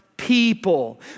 people